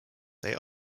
they